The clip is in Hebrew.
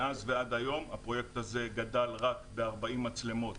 מאז ועד היום הפרויקט הזה גדל רק ב-40 מצלמות.